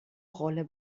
rolle